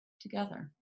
together